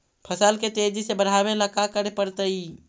फसल के तेजी से बढ़ावेला का करे पड़तई?